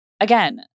again